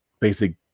basic